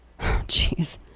Jeez